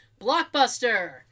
Blockbuster